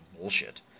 bullshit